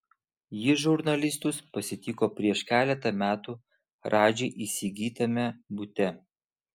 ji žurnalistus pasitiko prieš keletą metų radži įsigytame bute